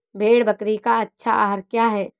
भेड़ बकरी का अच्छा आहार क्या है?